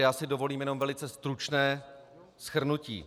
Já si dovolím jenom velice stručné shrnutí.